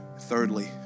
Thirdly